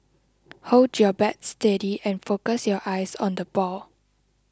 hold your bat steady and focus your eyes on the ball